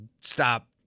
stop